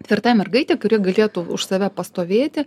tvirta mergaitė kuri galėtų už save pastovėti